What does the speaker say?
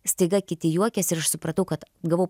staiga kiti juokiasi ir aš supratau kad gavau